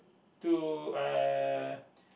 to uh